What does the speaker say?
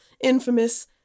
infamous